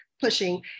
pushing